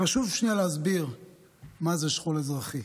חשוב שנייה להסביר מה זה שכול אזרחי,